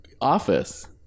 office